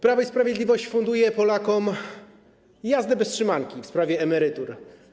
Prawo i Sprawiedliwość funduje Polakom jazdę bez trzymanki w sprawie emerytur.